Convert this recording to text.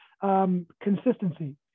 consistency